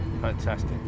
Fantastic